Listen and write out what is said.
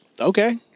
Okay